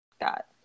got